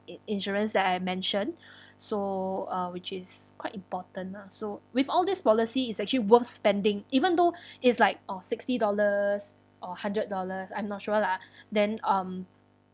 in~ insurance that I mention so uh which is quite important lah so with all this policy is actually worth spending even though is like oh sixty dollars or hundred dollars I'm not sure lah then um